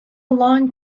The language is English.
long